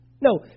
No